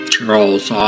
Charles